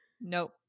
Nope